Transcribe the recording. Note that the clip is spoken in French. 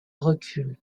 recule